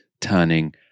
turning